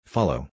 Follow